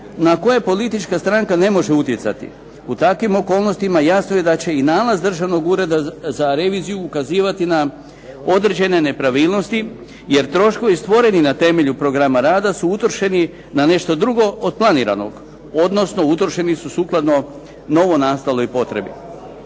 na koje politička stranka ne može utjecati. U takvim okolnostima jasno je da će i nalaz Državnog ureda za reviziju ukazivati na određene nepravilnosti. Jer troškovi stvoreni na temelju programa rada su utrošeni na nešto drugo od planiranog, odnosno utrošeni su sukladno novonastaloj potrebi.